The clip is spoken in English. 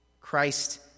Christ